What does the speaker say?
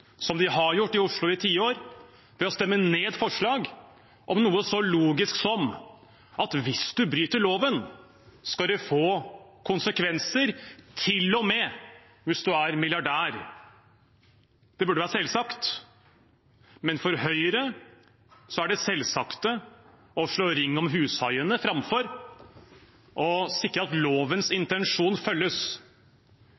som de har gjort i Oslo i tiår, ved å stemme ned forslag om noe så logisk som at hvis man bryter loven, skal det få konsekvenser, til og med hvis man er milliardær. Det burde være selvsagt, men for Høyre er det selvsagte å slå ring om hushaiene framfor å sikre at lovens